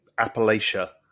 Appalachia